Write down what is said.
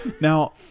Now